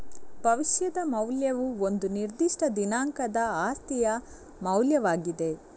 ಭವಿಷ್ಯದ ಮೌಲ್ಯವು ಒಂದು ನಿರ್ದಿಷ್ಟ ದಿನಾಂಕದ ಆಸ್ತಿಯ ಮೌಲ್ಯವಾಗಿದೆ